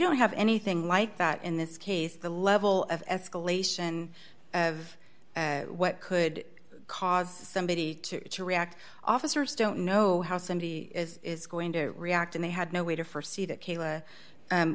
don't have anything like that in this case the level of escalation of what could cause somebody to react officers don't know how somebody is going to react and they had no way to forsee that